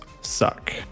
suck